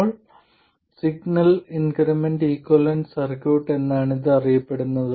small signal incremental equivalent circuit എന്നാണ് ഇത് അറിയപ്പെടുന്നത്